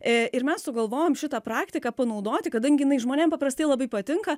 i ir mes sugalvojom šitą praktiką panaudoti kadangi jinai žmonėms paprastai labai patinka